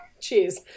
Cheers